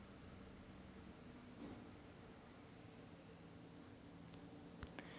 सिंचन व्यवस्थापन म्हणजे योजनेच्या पातळीवर पाण्याचे कृत्रिम शोषण आणि वितरण होय